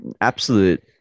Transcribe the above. absolute